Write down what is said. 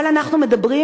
אבל אנחנו מדברים,